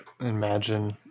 Imagine